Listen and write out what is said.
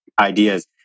ideas